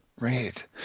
Right